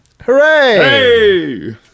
Hooray